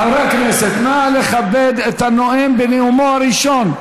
חברי הכנסת, נא לכבד את הנואם בנאומו הראשון.